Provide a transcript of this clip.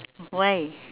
why